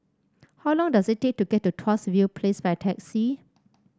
how long does it take to get to Tuas View Place by taxi